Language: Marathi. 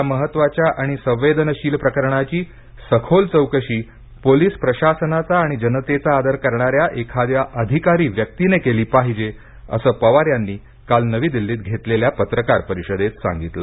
या महत्वाच्या आणि संवेदनशील प्रकरणाघी सखोल चौकशी पोलिस प्रशासनाचा आणि जनतेचा आदर करणाऱ्या एखाद्या अधिकारी व्यक्तीने केली पाहिजे असं पवार यांनी काल नवी दिल्लीत घेतलेल्या पत्रकार परिषदेत सांगितलं